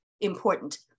important